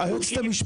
כמה בדקתם?